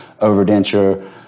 overdenture